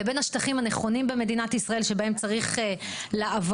לבין השטחים הנכונים במדינת ישראל שבהם צריך לעבוד.